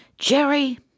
Jerry